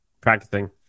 practicing